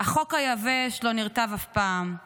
החוק היבש לא נרטב אף פעם /